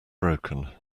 broken